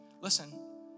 Listen